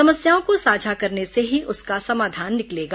समस्याओं को साझा करने से ही उसका समाधान निकलेगा